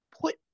put